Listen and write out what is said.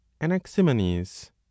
anaximenes